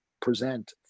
present